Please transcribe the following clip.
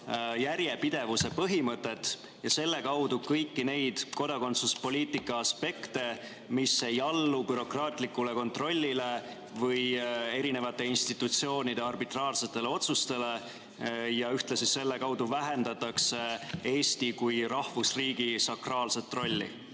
järjepidevuse põhimõtet ja selle kaudu kõiki neid kodakondsuspoliitika aspekte, mis ei allu bürokraatlikule kontrollile või eri institutsioonide arbitraarsetele otsustele? Selle kaudu vähendataks ehk ka Eesti kui rahvusriigi sakraalset rolli.